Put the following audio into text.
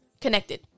connected